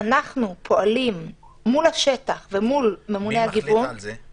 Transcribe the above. אנחנו פועלים מול השטח ומול ממונה הגיוון --- מי מחליט על זה?